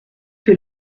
que